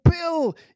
Bill